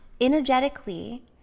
energetically